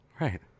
right